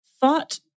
thought